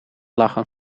lachen